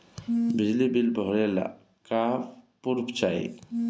बिजली बिल भरे ला का पुर्फ चाही?